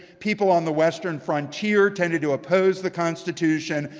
people on the western frontier tended to oppose the constitution.